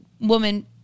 woman